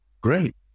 Great